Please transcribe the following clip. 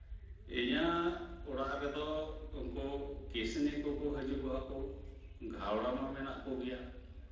ᱤᱧᱟᱹᱜ ᱚᱲᱟᱜ ᱨᱮᱫᱚ ᱩᱱᱠᱩ ᱠᱤᱥᱱᱤ ᱠᱚᱠᱚ ᱦᱤᱡᱩᱜᱚᱜᱼᱟ ᱠᱚ ᱜᱷᱮᱸᱣᱲᱟ ᱢᱟ ᱢᱮᱱᱟᱜ ᱠᱚᱜᱮᱭᱟ